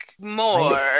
more